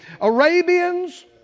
Arabians